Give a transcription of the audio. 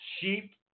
sheep